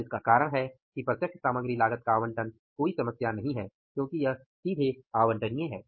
और इसका कारण यह है कि प्रत्यक्ष सामग्री लागत का आवंटन कोई समस्या नहीं है क्योंकि यह सीधे आवंटनीय है